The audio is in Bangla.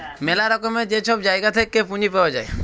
ম্যালা রকমের যে ছব জায়গা থ্যাইকে পুঁজি পাউয়া যায়